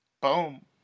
Boom